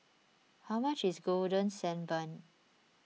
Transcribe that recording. how much is Golden Sand Bun